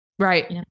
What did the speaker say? Right